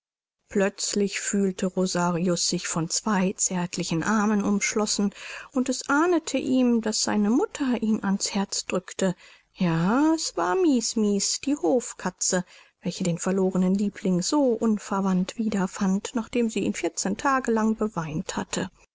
plötzlich fühlte rosaurus sich von zwei zärtlichen armen umschlossen und es ahnete ihm daß seine mutter ihn an's herz drückte ja es war mies mies die hofkatze welche den verlorenen liebling so unverhofft wieder fand nachdem sie ihn vierzehn tage lang beweint hatte